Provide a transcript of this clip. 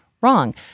Wrong